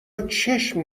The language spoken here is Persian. چشم